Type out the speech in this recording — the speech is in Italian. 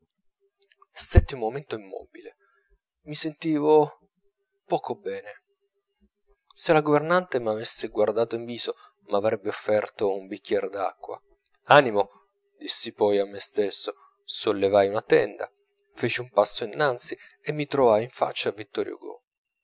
un momento immobile mi sentivo poco bene se la governante m'avesse guardato in viso m'avrebbe offerto un bicchiere d'acqua animo dissi poi a me stesso sollevai una tenda feci un passo innanzi e mi trovai in faccia